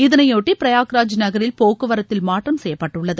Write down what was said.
இதனையொட்டி பிரயாக்ராஜ் நகரில் போக்குவரத்தில் மாற்றம் செய்யப்பட்டுள்ளது